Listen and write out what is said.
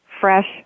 fresh